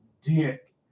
dick